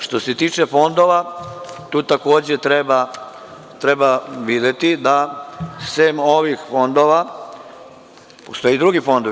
Što se tiče fondova, tu takođe treba videti da, sem ovih fondova, postoje i drugi fondovi.